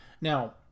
Now